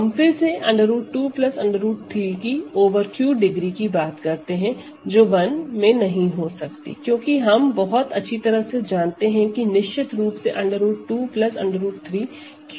हम फिर से √2 √3 की ओवर Q डिग्री की बात करते हैं जो 1 नहीं हो सकती क्योंकि हम बहुत अच्छी तरह से जानते हैं कि निश्चित रूप से √2 √3 Q में नहीं है